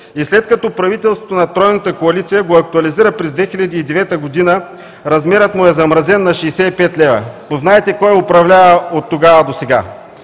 След като правителството на тройната коалиция го актуализира през 2009 г., размерът му е замразен на 65 лв. Познайте кой управлява от тогава до сега?